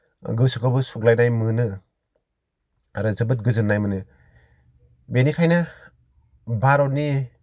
गोसोखौबो सुग्लायनाय मोनो आरो जोबोद गोजोननाय मोनो बेनिखायनो भारतनि